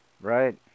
Right